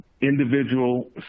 individual